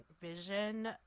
vision